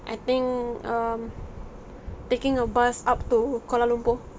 I think um taking a bus up to kuala lumpur